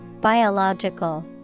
Biological